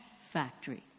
factory